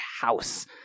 house